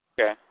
Okay